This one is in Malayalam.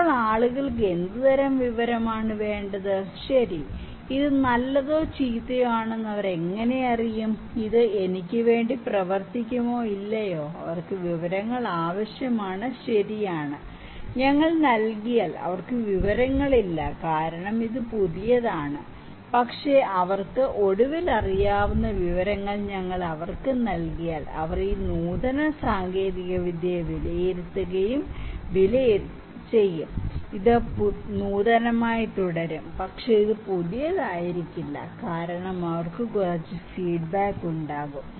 അപ്പോൾ ആളുകൾക്ക് എന്ത് തരം വിവരമാണ് വേണ്ടത് ശരി ഇത് നല്ലതോ ചീത്തയോ ആണെന്ന് അവർ എങ്ങനെ അറിയും ഇത് എനിക്ക് വേണ്ടി പ്രവർത്തിക്കുമോ ഇല്ലയോ അവർക്ക് വിവരങ്ങൾ ആവശ്യമാണ് ശരിയാണ് ഞങ്ങൾ നൽകിയാൽ അവർക്ക് വിവരങ്ങൾ ഇല്ല കാരണം ഇത് പുതിയതാണ് പക്ഷേ അവർക്ക് ഒടുവിൽ അറിയാവുന്ന വിവരങ്ങൾ ഞങ്ങൾ അവർക്ക് നൽകിയാൽ അവർ ഈ നൂതന സാങ്കേതികവിദ്യയെ വിലയിരുത്തുകയും വിലയിരുത്തുകയും ചെയ്യും ഇത് നൂതനമായി തുടരും പക്ഷേ ഇത് പുതിയതായിരിക്കില്ല കാരണം അവർക്ക് കുറച്ച് ഫീഡ്ബാക്ക് ഉണ്ടാകും